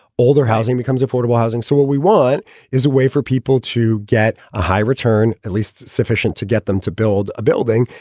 older housing becomes affordable housing. so what we want is a way for people to get a high return, at least sufficient to get them to build a building.